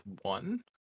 one